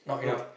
no